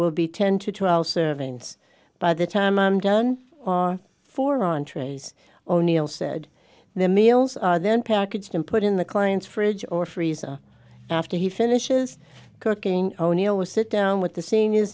will be ten to twelve servings by the time i'm done for entrees o'neill said the meals are then packaged and put in the client's fridge or freezer after he finishes cooking o'neill will sit down with the seniors